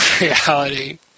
reality